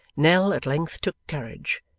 nell at length took courage,